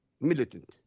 militant